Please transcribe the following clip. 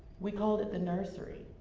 we called it the nursery.